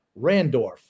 Randorf